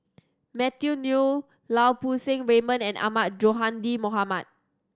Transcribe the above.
Matthew Ngui Lau Poo Seng Raymond and Ahmad Sonhadji Mohamad